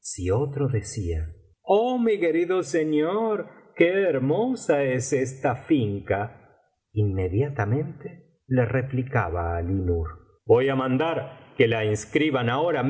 si otro decía oh mi querido señor qué hermosa es esta anca inmediatamente le replicaba ali nur voy á mandar que la inscriban ahora